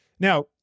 Now